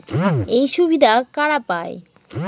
এই সুবিধা কারা পায়?